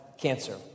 cancer